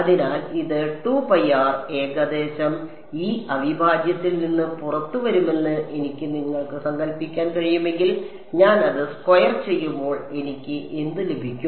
അതിനാൽ ഇത് ഏകദേശം ഈ അവിഭാജ്യത്തിൽ നിന്ന് പുറത്തുവരുമെന്ന് എനിക്ക് നിങ്ങൾക്ക് സങ്കൽപ്പിക്കാൻ കഴിയുമെങ്കിൽ ഞാൻ അത് സ്ക്വയർ ചെയ്യുമ്പോൾ എനിക്ക് എന്ത് ലഭിക്കും